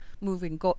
moving